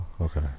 Okay